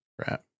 Crap